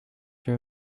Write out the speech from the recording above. your